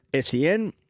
SEN